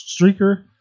streaker